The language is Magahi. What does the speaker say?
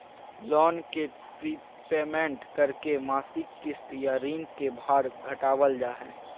लोन के प्रीपेमेंट करके मासिक किस्त या ऋण के भार घटावल जा हय